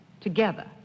together